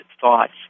thoughts